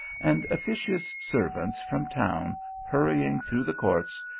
and officious servants from town hurrying through the courts,